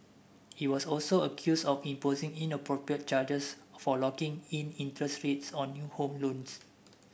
it was also accused of imposing inappropriate charges for locking in interest rates on new home loans